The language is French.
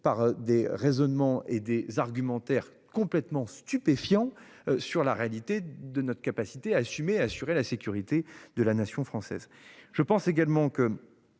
avec des raisonnements et des argumentaires complètement extravagants sur la réalité de notre capacité à assumer et à assurer la sécurité de la nation française.